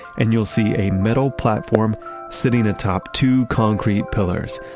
and you'll see a metal platform sitting atop two concrete pillars,